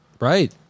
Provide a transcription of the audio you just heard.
right